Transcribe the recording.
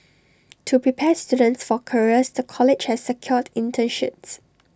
to prepare students for careers the college has secured internships